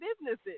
businesses